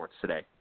today